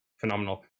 phenomenal